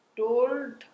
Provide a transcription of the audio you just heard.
told